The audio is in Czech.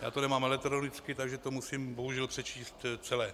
Já to nemám elektronicky, takže to musím bohužel přečíst celé.